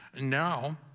now